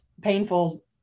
painful